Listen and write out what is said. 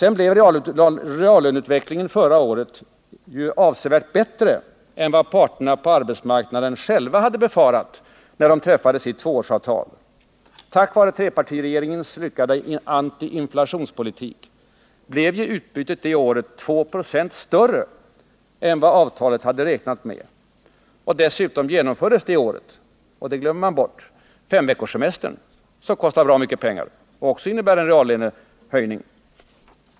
Sedan blev reallöneutvecklingen förra året ju avsevärt bättre än vad parterna på arbetsmarknaden själva hade väntat när de träffade sitt tvåårsavtal. Tack vare trepartiregeringens lyckade antiinflationspolitik blev utbytet det året 2 96 större än vad avtalet hade räknat med och dessutom genomfördes det detta år. Men det glömmer man bort. Femveckorssemestern, som kostade bra mycket pengar, innebar också en reallönehöjning.